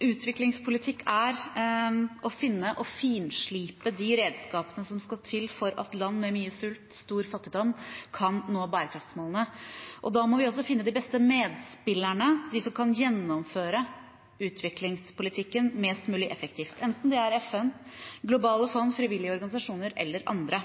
Utviklingspolitikk er å finne – og finslipe – de redskapene som skal til for at land med mye sult og stor fattigdom kan nå bærekraftsmålene. Da må vi også finne de beste medspillerne, de som kan gjennomføre utviklingspolitikken mest mulig effektivt, enten det er FN, globale fond, frivillige organisasjoner eller andre.